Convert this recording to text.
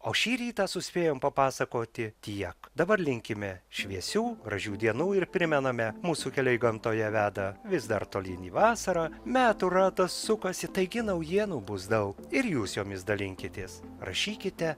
o šį rytą suspėjom papasakoti tiek dabar linkime šviesių gražių dienų ir primename mūsų keliai gamtoje veda vis dar tolyn į vasarą metų ratas sukasi taigi naujienų bus daug ir jūs jomis dalinkitės rašykite